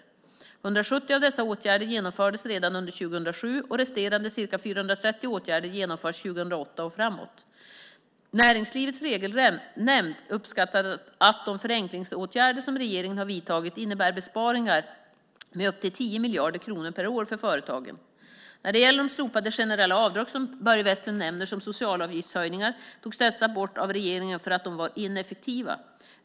170 av dessa åtgärder genomfördes redan under 2007, och resterande ca 430 åtgärder genomförs 2008 och framåt. Näringslivets regelnämnd uppskattar att de förenklingsåtgärder som regeringen har vidtagit innebär besparingar med upp till 10 miljarder kronor per år för företagen. De slopade generella avdrag som Börje Vestlund nämner som socialavgiftshöjningar togs bort av regeringen för att de var ineffektiva.